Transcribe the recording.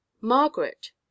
margaret